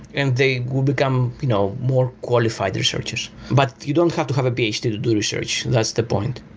and they will become you know more qualified researchers, but you don't have to have a ph d. to do research. that's the point.